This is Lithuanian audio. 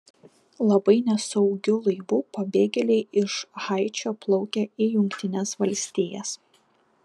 labai nesaugiu laivu pabėgėliai iš haičio plaukia į jungtines valstijas